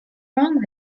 wrong